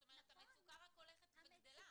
זאת אומרת המצוקה רק הולכת וגדלה.